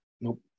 Nope